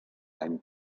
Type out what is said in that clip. any